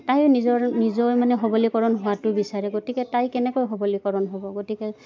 তাই নিজৰ নিজৰ মানে সবলীকৰণ হোৱাটো বিচাৰে গতিকে তাই কেনেকৈ সবলীকৰণ হ'ব গতিকে